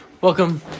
Welcome